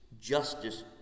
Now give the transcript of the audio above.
justice